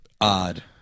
odd